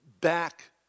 back